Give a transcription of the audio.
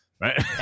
right